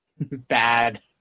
Bad